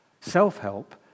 Self-help